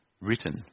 written